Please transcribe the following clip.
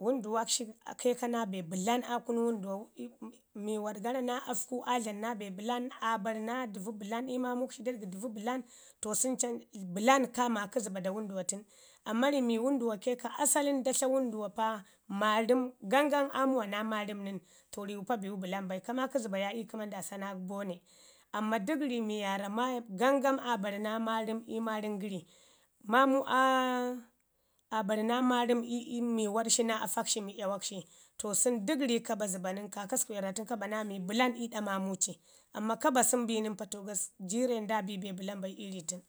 wənduwak shi kai ka naa be bəlan aa kunu wənduwau, miwaɗ gara naa afku aa dlama be bəlam, aa bari naa dəvu bəlam ii maamuk shi da dəgi dəvu bəlan. To sən can bəlar ka maaki jəba da wənduwa tən. Amma ri mi wənduwa kai ka asalin nda wənduwa po, of maarəm gangam ra muwa naa maarən nən, to niwu pa biyu bəlam bai, ka maakə zəva ya ii kəmo nda sa naa bona. Amma dək ri mi waarra maajim gangam aa bari naa maarəm ii maarəm gəri. Maaməu bari naa maarəm ii miwaɗ shi naa afak shi mi yawak shi. To sən dək ri ka ba zəba nən. Kaakasku yarrdatu ni ka ba naa mi bəlan ii ɗa maamu ci. Amma ka ba sən bi nən na to gas jirre nda bi be bəlam bai ii ri lən.